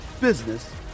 business